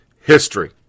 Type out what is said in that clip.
history